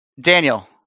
Daniel